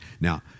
Now